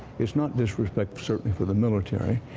it's not disrespect certainly for the military.